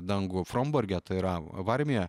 dangų fromborge tai yra varmija